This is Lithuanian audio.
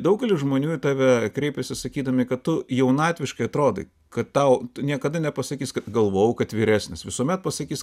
daugelis žmonių į tave kreipiasi sakydami kad tu jaunatviškai atrodai kad tau niekada nepasakys kad galvojau kad vyresnis visuomet pasakys